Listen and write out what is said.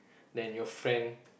then your friend